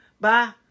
Bye